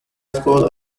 school